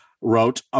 wrote